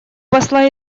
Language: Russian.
посла